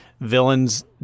villains